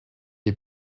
des